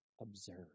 observe